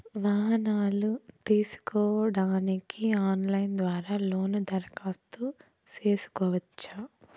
వాహనాలు తీసుకోడానికి ఆన్లైన్ ద్వారా లోను దరఖాస్తు సేసుకోవచ్చా?